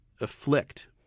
afflict